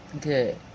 Good